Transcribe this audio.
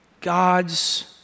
God's